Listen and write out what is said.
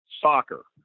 soccer